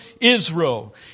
Israel